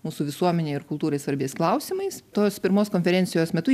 mūsų visuomenei ir kultūrai svarbiais klausimais tos pirmos konferencijos metu